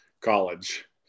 college